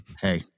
Hey